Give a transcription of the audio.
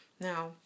Now